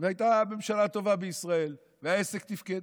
והייתה ממשלה טובה בישראל והעסק תפקד.